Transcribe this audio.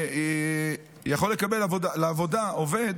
שמעסיק יכול לקבל לעבודה עובד